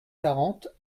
quarante